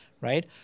right